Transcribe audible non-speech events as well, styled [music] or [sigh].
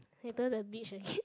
later the beach again [laughs]